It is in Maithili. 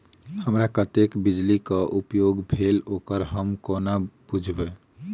हमरा कत्तेक बिजली कऽ उपयोग भेल ओकर हम कोना बुझबै?